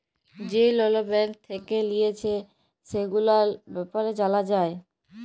যে লল ব্যাঙ্ক থেক্যে লিয়েছে, সেগুলার ব্যাপারে জালা যায়